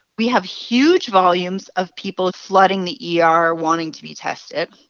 we have huge volumes of people flooding the yeah ah er, wanting to be tested,